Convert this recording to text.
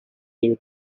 year